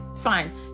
fine